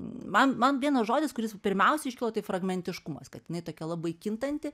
man man vienas žodis kuris pirmiausiai iškilo tai fragmentiškumas kad jinai tokia labai kintanti